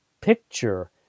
picture